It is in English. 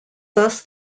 thus